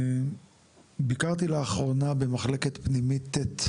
ביקרתי לאחרונה במחלקת פנימית ט'